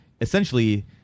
essentially